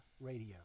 Radio